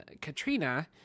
Katrina